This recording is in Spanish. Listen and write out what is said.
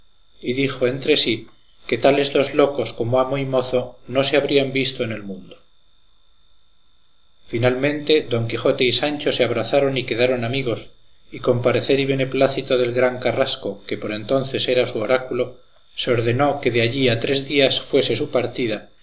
y dijo entre sí que tales dos locos como amo y mozo no se habrían visto en el mundo finalmente don quijote y sancho se abrazaron y quedaron amigos y con parecer y beneplácito del gran carrasco que por entonces era su oráculo se ordenó que de allí a tres días fuese su partida